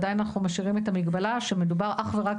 עדיין אנחנו משאירים את המגבלה שמדובר אך ורק